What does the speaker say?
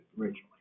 originally